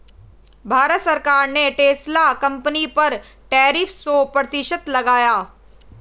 भारत सरकार ने Tesla company पर टैरिफ सो प्रतिशत लगाया